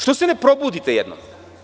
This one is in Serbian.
Što se ne probudite jednom?